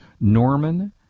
Norman